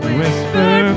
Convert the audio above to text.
whisper